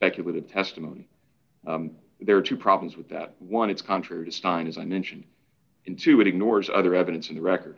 speculative testimony there are two problems with that one it's contrary to stein as i mentioned into it ignores other evidence in the record